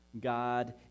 God